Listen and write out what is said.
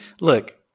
look